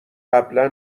قبلا